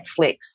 Netflix